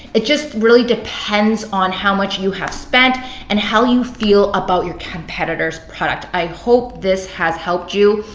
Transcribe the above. it just really depends on how much you have spent and how you feel about your competitor's product. i hope this has helped you.